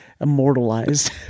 Immortalized